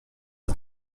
est